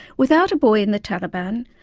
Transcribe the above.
without a boy in the taliban,